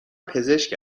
پزشک